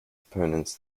opponents